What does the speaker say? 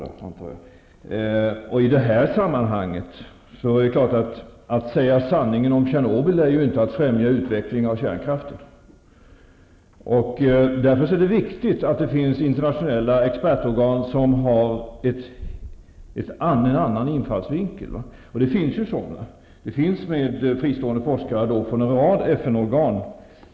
Att säga sanningen om Tjernobyl är inte liktydigt med att främja utvecklingen av kärnkraften. Därför är det viktigt att det finns internationella expertorgan som har en annan infallsvinkel. Det finns sådana med fristående forskare från en rad FN-organ.